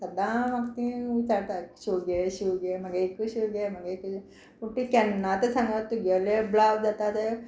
सदां म्हाका तीं विचारता शींव गे शींव गे म्हागे एकू शींव गे म्हागे एक पूण तीं केन्ना आतां सांगत तुगेले ब्लावज जाता ते